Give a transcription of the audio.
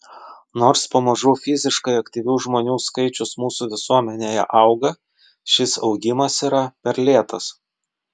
nors pamažu fiziškai aktyvių žmonių skaičius mūsų visuomenėje auga šis augimas yra per lėtas